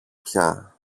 πια